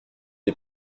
les